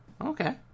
okay